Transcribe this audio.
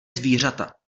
zvířata